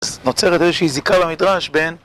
אז נוצרת איזושהי זיקה למדרש בין